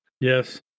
Yes